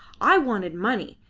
i wanted money,